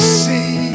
see